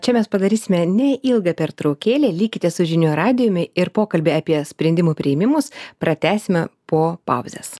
čia mes padarysime ne ilgą pertraukėlę likite su žinių radijumi ir pokalbį apie sprendimų priėmimus pratęsime po pauzės